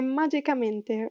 magicamente